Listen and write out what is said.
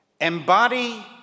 embody